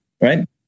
right